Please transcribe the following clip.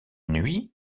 nuit